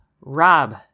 Rob